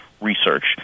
research